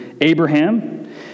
Abraham